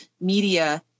media